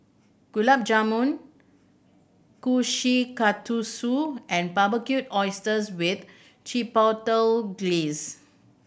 Gulab Jamun Kushikatsu and Barbecued Oysters with Chipotle Glaze